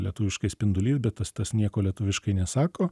lietuviškai spindulys bet tas tas nieko lietuviškai nesako